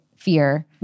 fear